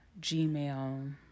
Gmail